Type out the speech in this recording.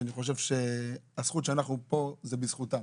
שאני חושב שהזכות שאנחנו פה זה בזכותם.